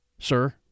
Sir